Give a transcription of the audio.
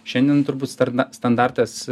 šiandien turbūt starda standartas